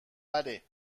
بله